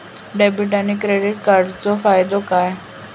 Debit आणि credit कार्डचो फायदो काय?